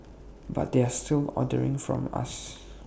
but they're still ordering from us